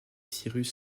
cyrus